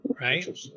Right